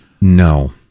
No